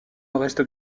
reste